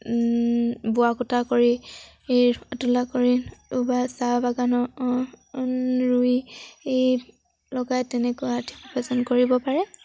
বোৱা কটা কৰি ৰুৱা তোলা কৰি বা চাহ বাগানৰ ৰুই এই লগাই তেনেকুৱা আৰ্থিক উপাৰ্জন কৰিব পাৰে